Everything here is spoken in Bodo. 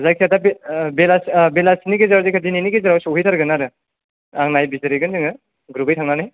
जायखिया दा बे बेलासि बेलासिनि गेजेराव जायखिया दिनैनि गेजेराव सहैथारगोन आरो आं नायबिजिरहैगोन जोङो ग्रुबै थांनानै